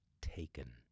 Taken